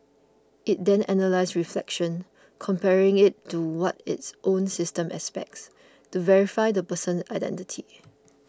it then analyses reflection comparing it to what its own system expects to verify the person's identity